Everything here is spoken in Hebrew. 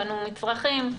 קנו מצרכים.